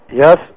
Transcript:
yes